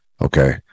Okay